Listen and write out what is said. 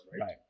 right